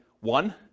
one